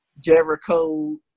Jericho